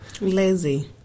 Lazy